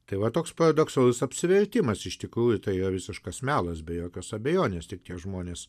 tai va toks paradoksalus apsivertimas iš tikrųjų tai yra visiškas melas be jokios abejonės tik tie žmonės